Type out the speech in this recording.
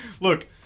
Look